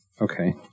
Okay